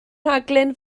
rhaglen